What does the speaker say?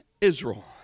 Israel